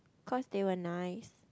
cause they were nice